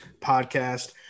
Podcast